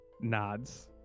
nods